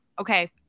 okay